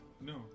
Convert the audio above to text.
no